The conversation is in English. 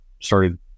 started